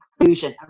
inclusion